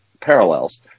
parallels